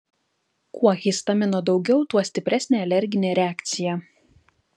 kuo histamino daugiau tuo stipresnė alerginė reakcija